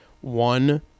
one